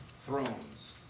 thrones